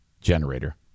generator